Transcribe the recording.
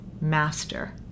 master